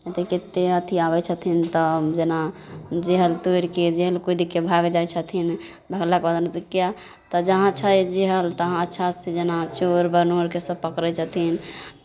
कतेक कतेक अथि आबै छथिन तऽ जेना जहल तोड़ि कऽ जहल कुदि कऽ भागि जाइ छथिन भगलाके बाद किएक तऽ जहाँ छै जहल तहाँ अच्छासँ जेना चोर बनोरके सभ पकड़ै छथिन